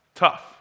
tough